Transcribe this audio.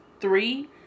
Three